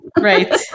right